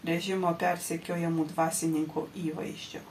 režimo persekiojamų dvasininkų įvaizdžio